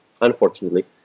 unfortunately